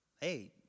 Hey